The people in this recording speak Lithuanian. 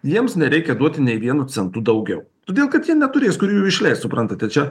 jiems nereikia duoti nei vienu centu daugiau todėl kad jie neturės kur jųjų išleist suprantate čia